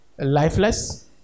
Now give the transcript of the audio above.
lifeless